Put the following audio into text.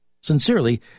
Sincerely